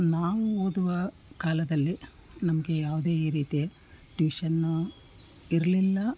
ನಾವು ಓದುವ ಕಾಲದಲ್ಲಿ ನಮಗೆ ಯಾವುದೇ ರೀತಿಯ ಟ್ಯೂಷನ್ನು ಇರಲಿಲ್ಲ